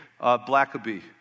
Blackaby